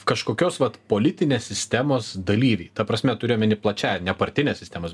kažkokios vat politinės sistemos dalyviai ta prasme turiu omeny plačiąja ne partinės sistemos